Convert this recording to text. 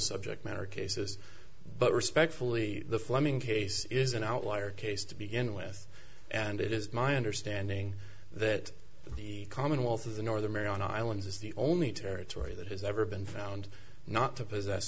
subject matter cases but respectfully the fleming case is an outlier case to begin with and it is my understanding that the commonwealth of the northern mariana islands is the only territory that has ever been found not to possess